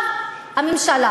הממשלה